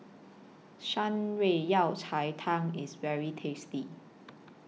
Shan Rui Yao Cai Tang IS very tasty